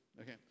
okay